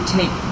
take